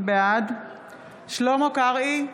בעד שלמה קרעי,